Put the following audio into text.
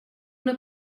una